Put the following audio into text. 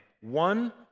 One